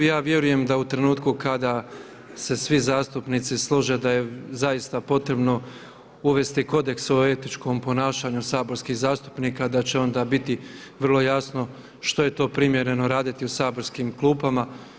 Ja vjerujem da u trenutku kada se svi zastupnici slože da je zaista potrebno uvesti kodeks o etičkom ponašanju saborskih zastupnika da će onda biti vrlo jasno što je to primjereno raditi u saborskim klupama.